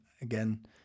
again